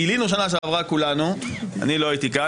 גילינו שנה שעברה כולנו אני לא הייתי כאן